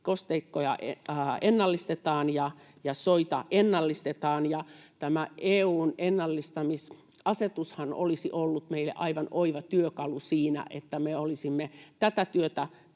kosteikkoja ennallistetaan ja soita ennallistetaan. Tämä EU:n ennallistamisasetushan olisi ollut meille aivan oiva työkalu siinä, että me olisimme tätä työtä jatkaneet,